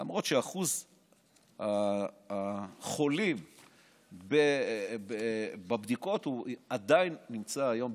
למרות שאחוז החולים בבדיקות הוא עדיין גבוה היום.